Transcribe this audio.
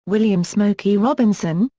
william smokey robinson,